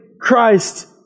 Christ